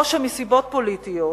או שמסיבות פוליטיות,